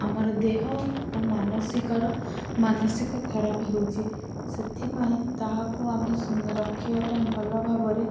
ଆମର ଦେହ ଓ ମାନସିକର ମାନସିକ ଖରାପ ହେଉଛି ସେଥିପାଇଁ ତାହାକୁ ଆମେ ସୁ ରଖିବାପାଇଁ ଭଲଭାବରେ